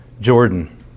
Jordan